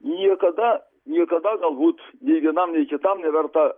niekada niekada galbūt nei vienam nei kitam neverta